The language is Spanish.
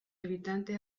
habitantes